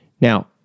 Now